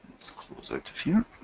let's close out of here